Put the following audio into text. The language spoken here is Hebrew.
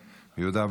תודה.